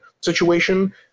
situation